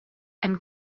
and